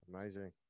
Amazing